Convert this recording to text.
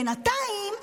בינתיים,